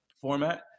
format